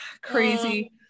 Crazy